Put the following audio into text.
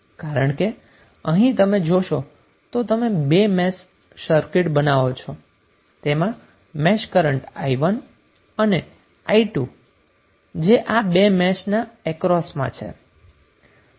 કારણ કે અહી તમે જોશો તો તમે 2 મેશ સર્કિટ બનાવો છો અને તેમાં મેશ કરન્ટ i1 અને i2 જે આ બે મેશ ના અક્રોસમાં છે